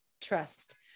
Trust